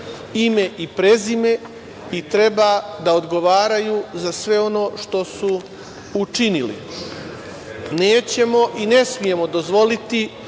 ime i prezime i treba da odgovaraju za sve ono što su učinili. Nećemo i ne smemo dozvoliti